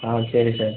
ஆ சரி சார்